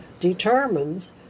determines